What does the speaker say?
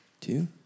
two